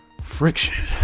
friction